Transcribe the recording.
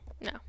No